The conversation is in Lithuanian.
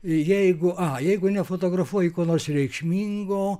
jeigu a jeigu nefotografuoji ko nors reikšmingo